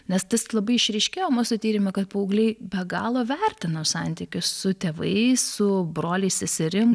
nes tas labai išryškėjo mūsų tyrime kad paaugliai be galo vertina santykius su tėvais su broliais seserim